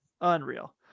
Unreal